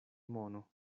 mono